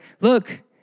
look